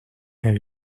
have